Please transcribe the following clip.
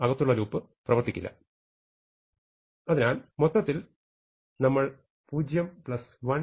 അകത്തുള്ള ലൂപ്പ് പ്രവർത്തിക്കില്ല അതിനാൽ മൊത്തത്തിൽ നമ്മൾ 012